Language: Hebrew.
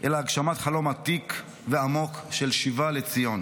אלא הגשמת חלום עתיק ועמוק של שיבה לציון.